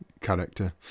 character